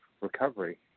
recovery